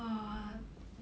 err